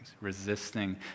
resisting